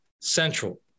Central